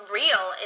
real